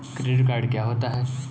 Credit card क्या होता है?